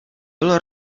byl